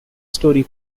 story